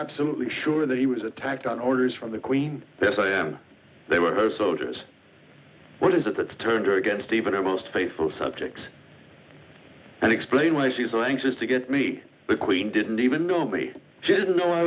absolutely sure that he was attacked on orders from the queen they were her soldiers what is it that turned her against even the most faithful subjects and explain why she's anxious to get me the queen didn't even know me she didn't know i